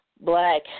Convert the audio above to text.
black